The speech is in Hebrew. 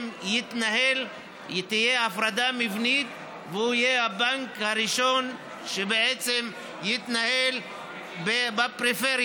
תהיה הפרדה מבנית והוא יהיה הבנק הראשון שיתנהל בפריפריה,